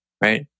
right